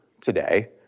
today